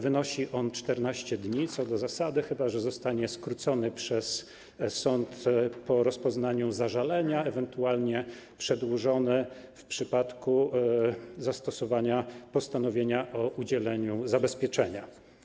Wynosi on 14 dni co do zasady, chyba że zostanie skrócony przez sąd po rozpoznaniu zażalenia, ewentualnie przedłużony w przypadku zastosowania postanowienia o udzieleniu zabezpieczenia.